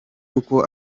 uko